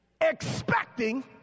expecting